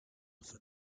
for